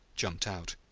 jumped out,